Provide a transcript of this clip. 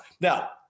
Now